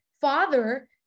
father